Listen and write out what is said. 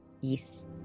Yes